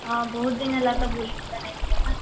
ହଁ ବହୁତ୍ ଦିନ୍ ହେଲା ତ ବୁଲିବୁଲା ନାଇଁ ଯିବାର୍ ନା